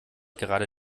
gerade